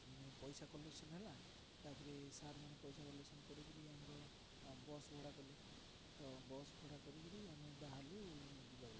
ମାନେ ପଇସା କଲେକ୍ସନ୍ ହେଲା ତା'ପରେ ସାର୍ ମାନେ ପଇସା କଲେକ୍ସନ୍ କରିକି ଆମର ବସ୍ ଭଡ଼ା କଲେ ତ ବସ୍ ଭଡ଼ା କରିକି ଆମେ ବାହାରିଲୁ ଯିବାକୁ